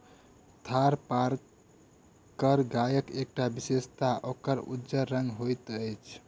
थारपारकर गायक एकटा विशेषता ओकर उज्जर रंग होइत अछि